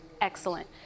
excellent